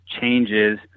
changes